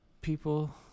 people